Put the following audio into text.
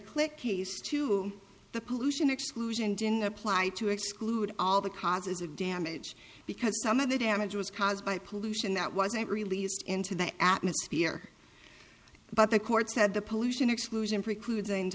click case to the pollution exclusion didn't apply to exclude all the causes of damage because some of the damage was caused by pollution that wasn't released into the atmosphere but the court said the pollution exclusion precludes